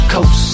Coast